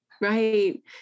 Right